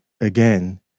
again